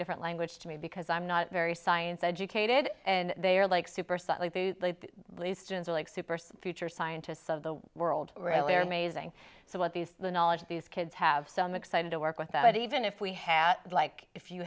different language to me because i'm not very science educated and they are like super subtly the least until a super future scientists of the world really are amazing so what these the knowledge these kids have some exciting to work with that even if we had like if you